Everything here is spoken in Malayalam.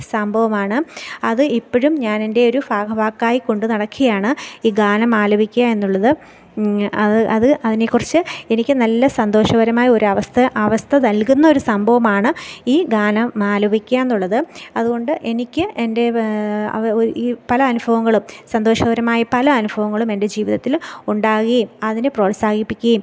സംഭവമാണ് അത് ഇപ്പോഴും ഞാൻ എൻറെയൊരു ഭാഗബാക്കായി കൊണ്ടുനടക്കുകയാണ് ഈ ഗാനം ആലപിക്കുക എന്നുള്ളത് അത് അത് അതിനെക്കുറിച്ച് എനിക്ക് നല്ല സന്തോഷപരമായ ഒരവസ്ഥ അവസ്ഥ നൽകുന്നൊരു സംഭവമാണ് ഈ ഗാനം ആലപിക്കുക എന്നുള്ളത് അതുകൊണ്ട് എനിക്ക് എൻ്റെ പല അനുഫവങ്ങളും സന്തോഷകരമായി പല അനുഭവങ്ങളും എൻ്റെ ജീവിതത്തിൽ ഉണ്ടാവുകയും അതിനെ പ്രോത്സാഹിപ്പിക്കുകയും